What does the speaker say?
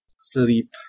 sleep